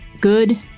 Good